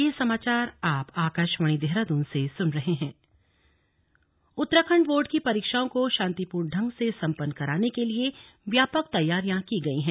Arvind Pandey Uttarakhand board की परीक्षाओं को शांतिपूर्ण ढंग से संपन्न कराने के लिए व्यापक तैयारियां की गई हैं